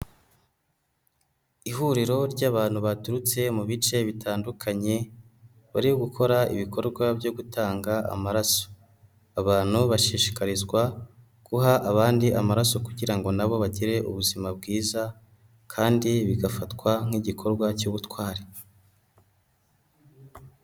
Ihuriro ry'abantu baturutse mu bice bitandukanye, bari gukora ibikorwa byo gutanga amaraso. Abantu bashishikarizwa guha abandi amaraso, kugira ngo nabo bagire ubuzima bwiza, kandi bigafatwa nk'igikorwa cy'ubutwari.